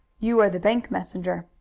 you are the bank messenger.